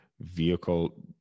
vehicle